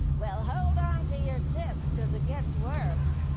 well, hold onto your tits, because it gets worse.